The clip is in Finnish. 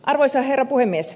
arvoisa herra puhemies